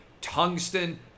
tungsten